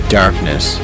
darkness